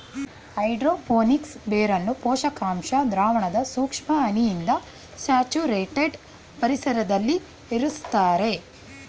hydro phonics ಬೇರನ್ನು ಪೋಷಕಾಂಶ ದ್ರಾವಣದ ಸೂಕ್ಷ್ಮ ಹನಿಯಿಂದ ಸ್ಯಾಚುರೇಟೆಡ್ ಪರಿಸರ್ದಲ್ಲಿ ಇರುಸ್ತರೆ